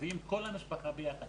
מביאים את כל המשפחה ביחד,